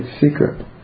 secret